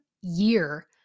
year